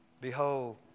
Behold